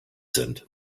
sind